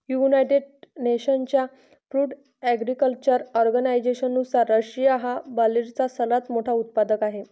United नेशन्सच्या food agriculture ऑर्गनायझेशननुसार, Russia हा बार्लीचा सर्वात मोठा उत्पादक आहे